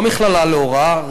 לא מכללה להוראה,